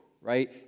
right